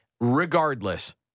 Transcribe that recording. regardless